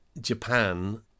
Japan